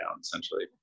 essentially